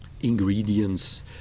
ingredients